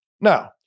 Now